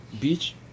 beach